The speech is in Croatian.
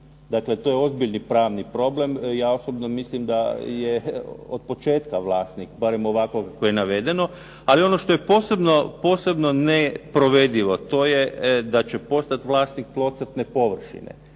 Dakle to je ozbiljni pravni problem. Ja osobno mislim da je od početka vlasnik, barem ovako kako je navedeno. Ali ono što je posebno neprovedivo, da će postati vlasnik tlocrtne površine.